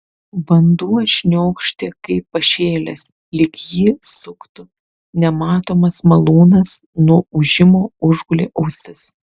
vanduo šniokštė kaip pašėlęs lyg jį suktų nematomas malūnas nuo ūžimo užgulė ausis